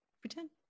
pretend